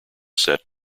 set